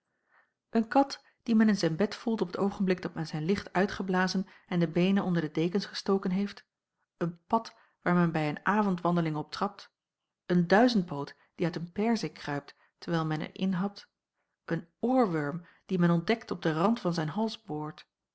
een kat die men in zijn bed voelt op t oogenblik dat men zijn licht uitgeblazen en de beenen onder de dekens gestoken heeft een pad waar men bij een avondwandeling op trapt een duizendpoot die uit een perzik kruipt terwijl men er in hapt een oorwurm die men ontdekt op den rand van zijn